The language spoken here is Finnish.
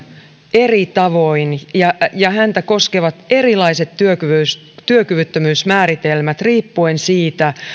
eri tavoin ja ja häntä koskevat erilaiset työkyvyttömyysmääritelmät riippuen siitä